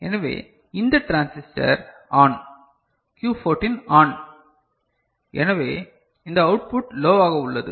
எனவே இந்த transistor on Q14 on எனவே இந்த அவுட்புட் லோவாக உள்ளது